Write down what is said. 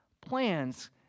plans